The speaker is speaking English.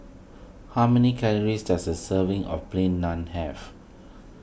how many calories does a serving of Plain Naan have